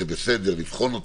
לבחון אותו,